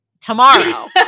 tomorrow